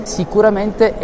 sicuramente